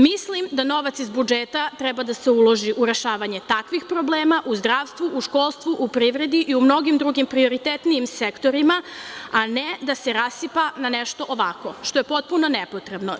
Mislim da novac iz budžeta treba da se uloži u rešavanje takvih problema u zdravstvu, u školstvu, u privredi i u mnogim drugim prioritetnijim sektorima, a ne da se rasipa na nešto ovako, što je potpuno nepotrebno.